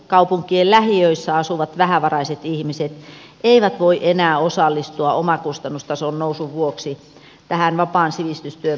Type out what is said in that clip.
kaupunkien lähiöissä asuvat vähävaraiset ihmiset eivät voi enää osallistua omakustannustason nousun vuoksi tähän vapaan sivistystyön tarjoamaan koulutukseen